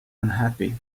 unhappy